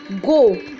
go